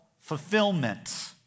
fulfillment